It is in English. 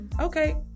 okay